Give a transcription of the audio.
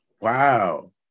Wow